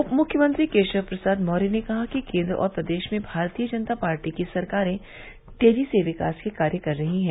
उप मुख्यमंत्री केशव प्रसाद मौर्य ने कहा है कि केन्द्र और प्रदेश में भारतीय जनता पार्टी की सरकारें तेजी से विकास के कार्य कर रही है